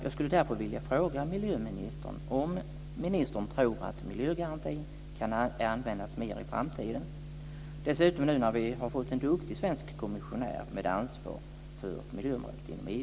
Jag skulle därför vilja fråga miljöministern om han tror att miljögarantin kan användas mer i framtiden - i synnerhet nu när vi har fått en duktig svensk kommissionär med ansvar för miljöområdet inom EU.